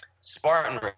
Spartan